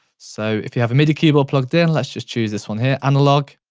so, if you have a midi keyboard plugged in, let's just choose this one here, analogue.